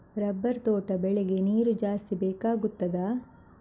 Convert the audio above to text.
Rubber ತೋಟ ಬೆಳೆಗೆ ನೀರು ಜಾಸ್ತಿ ಬೇಕಾಗುತ್ತದಾ?